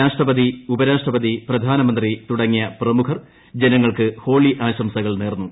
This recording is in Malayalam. രാഷ്ട്രപതി ഉപരാഷ്ട്രപതി പ്രധാനമന്ത്രി തുടങ്ങിയ പ്രമുഖർ ജനങ്ങൾക്ക് ഹോളി ആശംസകൾ നേർന്നു